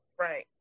right